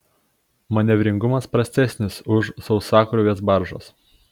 manevringumas prastesnis už sausakrūvės baržos